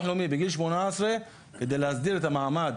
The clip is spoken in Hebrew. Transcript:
לאומי בגיל 18 כדי להסדיר את המעמד,